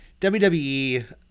WWE